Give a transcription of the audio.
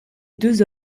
deux